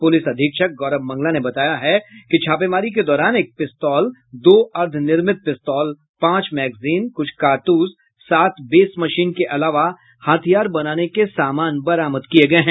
police अधीक्षक गौरव मंगला ने बताया कि छापेमारी के दौरान एक पिस्तौल दो अर्द्वनिर्मित पिस्तौल पांच मैगजीन कुछ कारतूस सात बेस मशीन के अलावा हथियार बनाने के सामान बरामद किये गये हैं